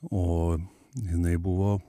o jinai buvo